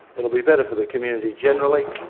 it'll be better for the community generally,